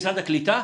משרד הקליטה?